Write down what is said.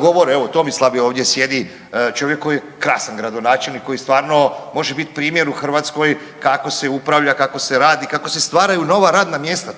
govore evo Tomislav je ovdje sjedi čovjek koji je krasan gradonačelnik koji stvarno može biti primjer u Hrvatskoj kako se upravlja, kako se radi, kako se stvaraju nova radna mjesta,